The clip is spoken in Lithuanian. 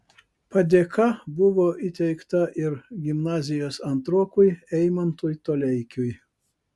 padėka buvo įteikta ir gimnazijos antrokui eimantui toleikiui